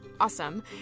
awesome